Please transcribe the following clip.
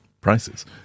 prices